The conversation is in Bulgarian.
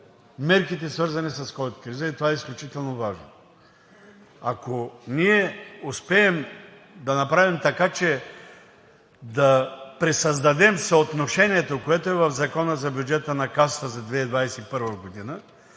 мерките, свързани с ковид кризата, и това е изключително важно. Ако ние успеем да направим така, че да пресъздадем съотношението, което е в Закона за бюджета на Касата за 2021 г.,